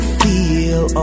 feel